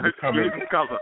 cover